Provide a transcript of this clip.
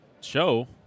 show